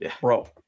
bro